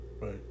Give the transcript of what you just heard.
Right